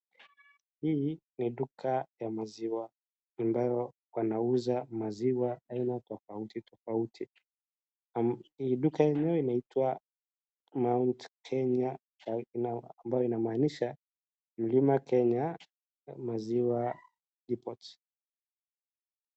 Hii ni duka ya maziwa ambayo wanauza maziwa aina tofauti tofauti. Duka yenyewe inaitwa Mount Kenya ambayo inamaanisha Mlima Kenya Maziwa Depot.